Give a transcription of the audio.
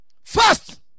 Fast